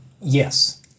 Yes